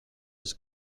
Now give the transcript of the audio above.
his